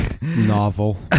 novel